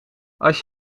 als